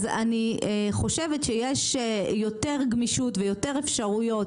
אני חושבת שיש יותר גמישות ויותר אפשרויות